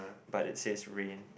but it says rain